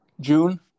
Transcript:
June